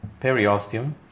periosteum